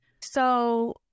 So-